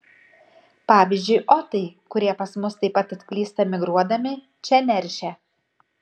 pavyzdžiui otai kurie pas mus taip pat atklysta migruodami čia neršia